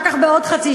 אבל אני מבקש,